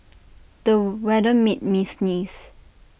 the weather made me sneeze